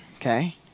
okay